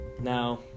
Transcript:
Now